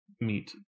meet